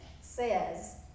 says